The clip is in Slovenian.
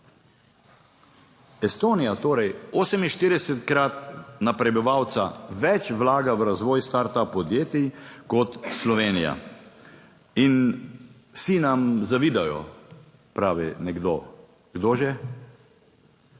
Estonija torej 48-krat na prebivalca več vlaga v razvoj start up podjetij kot Slovenija in vsi nam zavidajo, pravi nekdo. Kdo že?